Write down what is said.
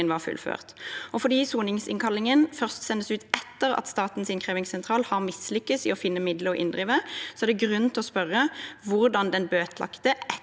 var fullført. Fordi soningsinnkallingen først sendes ut etter at Statens innkrevingssentral har mislykkes i å finne midler å inndrive, er det grunn til å spørre hvordan den bøtelagte